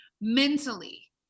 Mentally